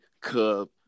Cub